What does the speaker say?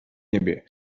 niebie